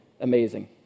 amazing